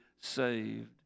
saved